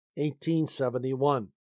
1871